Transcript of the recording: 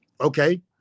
okay